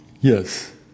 Yes